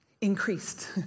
increased